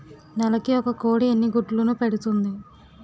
నెలకి ఒక కోడి ఎన్ని గుడ్లను పెడుతుంది?